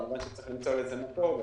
כמובן שצריך למצוא לזה מקור.